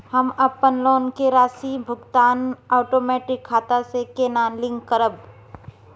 हम अपन लोन के राशि भुगतान ओटोमेटिक खाता से केना लिंक करब?